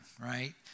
right